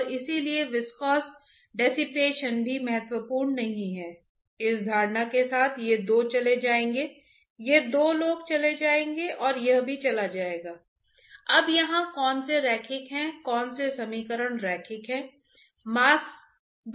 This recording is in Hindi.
इसलिए यदि हम यह पता लगा सकते हैं कि अनुमानित जन परिवहन गुणांक क्या है और सांद्रता के आधार पर हमें उस दर का अनुमान लगाने में सक्षम होना चाहिए जिस पर कोलेस्ट्रॉल धमनियों में जमा हो रहा है